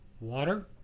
Water